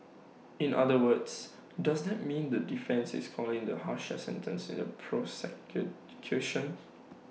in other words does that mean that the defence is calling the harsher sentence prosecution